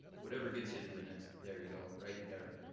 whatever gets you to the next, there you go, right there.